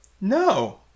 No